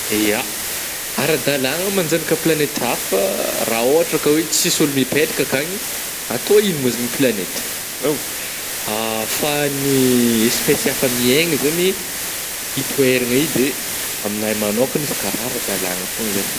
Ya, ara-dalàgna manjanaka planeta hafa raha ôhatra ka hoe tsisy ôlo mipetraka akagny, atao ino ma zegny planeta? Ao, ahafahan'ny espèce hafa mihaigna zany io toeragna io, de aminah manôkagna izy ka raha ara-dalàgna fôgna zany.